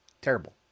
terrible